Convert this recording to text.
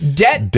debt